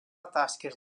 tasques